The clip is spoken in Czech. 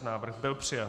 Návrh byl přijat.